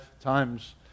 times